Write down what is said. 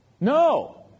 No